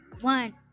one